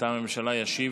מטעם הממשלה ישיב